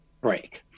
break